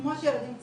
כמו שילדים צריכים.